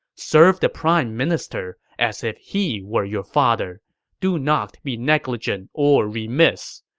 serve the prime minister as if he were your father do not be negligent or remiss!